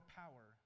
power